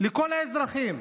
לכל האזרחים,